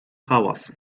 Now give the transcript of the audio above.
hałas